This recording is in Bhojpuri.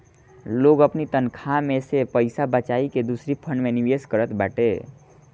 लोग अपनी तनखा में से पईसा बचाई के दूसरी फंड में निवेश करत बाटे